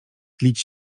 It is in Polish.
tlić